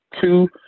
Two